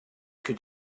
could